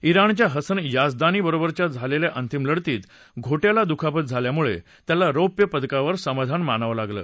ञाणच्या Hassan Yazdani बरोबरच्या अंतिम लढतीत घोट्याला दुखापत झाल्यामुळे त्याला रौप्य पदकावर समाधान मानावं लागलं